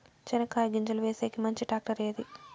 చెనక్కాయ గింజలు వేసేకి మంచి టాక్టర్ ఏది?